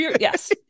Yes